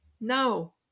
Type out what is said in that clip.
No